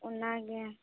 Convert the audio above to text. ᱚᱱᱟᱜᱮ